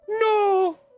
No